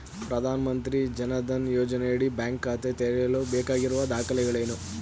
ಪ್ರಧಾನಮಂತ್ರಿ ಜನ್ ಧನ್ ಯೋಜನೆಯಡಿ ಬ್ಯಾಂಕ್ ಖಾತೆ ತೆರೆಯಲು ಬೇಕಾಗಿರುವ ದಾಖಲೆಗಳೇನು?